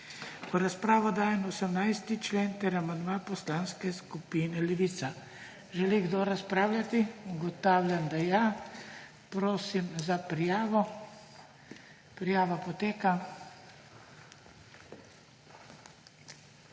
V razpravo dajem 18. člen ter amandma Poslanske skupine Levica. Želi kdo razpravljati? Ugotavljam, da želi. Prosim za prijavo. Besedo ima